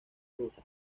tours